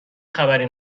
خبری